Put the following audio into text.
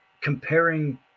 comparing